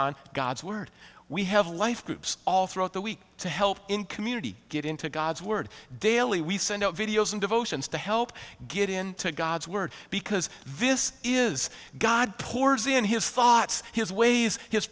on god's word we have life groups all throughout the week to help in community get into god's word daily we send videos and devotions to help get into god's word because this is god pours in his thoughts his ways his